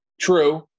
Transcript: True